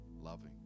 loving